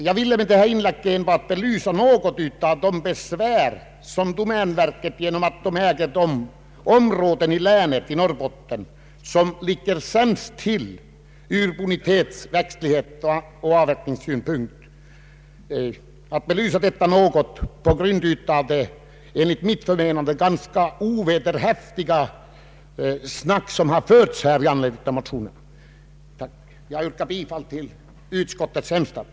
Med detta inlägg har jag velat belysa de besvär domänverket har genom att verket äger de områden i länet som ligger sämst till från bonitets-, växtlighetsoch avverkningssynpunkt. Jag har gjort det på grund av det enligt min mening ganska ovederhäftiga snack som förts i anledning av motionerna. Jag yrkar bifall till utskottets hemställan.